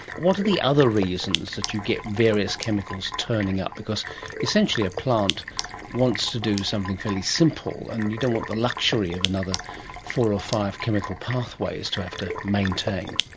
what are the other reasons that you get various chemicals turning up, because essentially a plant wants to do something fairly simple, and you don't want the luxury of another four or five chemical pathways to have to maintain.